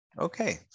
Okay